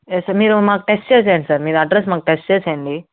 yes sir మీరు మాకు text చేసేయండి సార్ మీరు అడ్రస్ మాకు టెక్స్ట్ చేసేయండి